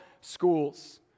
schools